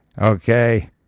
okay